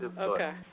Okay